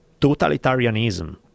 totalitarianism